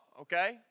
okay